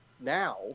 now